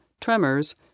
tremors